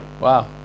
wow